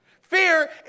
Fear